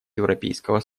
европейского